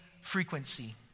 frequency